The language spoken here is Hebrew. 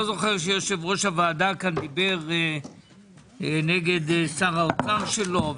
לא זוכר שיושב-ראש הוועדה כאן דיבר נגד שר האוצר שלו.